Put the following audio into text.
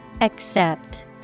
Accept